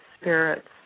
spirits